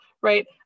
right